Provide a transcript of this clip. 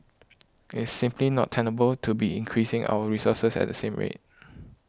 it is simply not tenable to be increasing our resources at the same rate